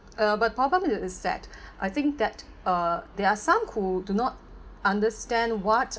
uh but problem is that I think that uh there are some who do not understand what